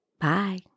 Bye